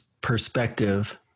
perspective